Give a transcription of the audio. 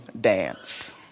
dance